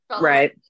Right